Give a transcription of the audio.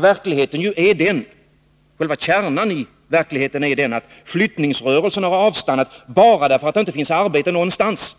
Men själva kärnan i verkligheten är den, att flyttningsrörelsen har avstannat bara för att det inte finns arbete någonstans,